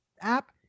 app